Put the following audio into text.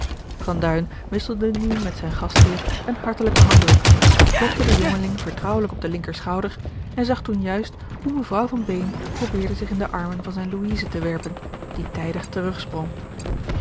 wisselde nu met zijn gastheer een hartelijken handdruk klopte den jongeling vertrouwelijk op den linker schouder en zag toen juist hoe mevrouw van beem probeerde zich in de armen van zijne louise te werpen die tijdig